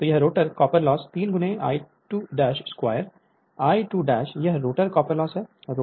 तो वह rotor copper loss 3 I2 r2 यह रोटर कॉपर लॉस है